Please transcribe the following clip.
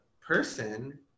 person